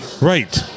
Right